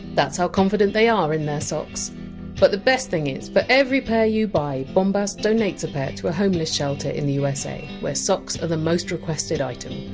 how confident they are in their socks but the best thing is for every pair you buy, bombas donates a pair to a homeless shelter in the usa, where socks are the most requested item.